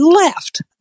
left